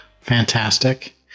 Fantastic